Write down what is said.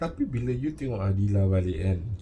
apabila you tengok adilah balik kan